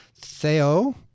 Theo